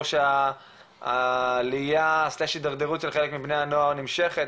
או שהעלייה או ההתדרדרות של חלק מבני הנוער נמשכת,